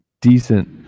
decent